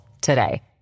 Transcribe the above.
today